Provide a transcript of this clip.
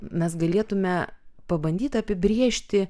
mes galėtume pabandyt apibrėžti